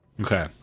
Okay